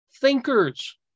thinkers